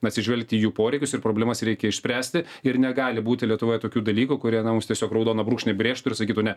atsižvelgti į jų poreikius ir problemas reikia išspręsti ir negali būti lietuvoje tokių dalykų kurie na mums tiesiog raudoną brūkšnį brėžtų ir sakytų ne